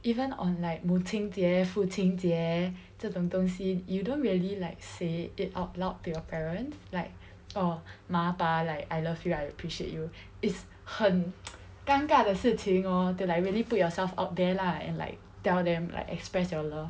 even on like 母亲节父亲节这种东西 you don't really like say it out loud to your parents like orh 妈爸 like I love you I appreciate you it's 很 尴尬的事情 orh to like really put yourself out there lah and like tell them like express your love